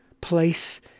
place